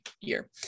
year